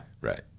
Right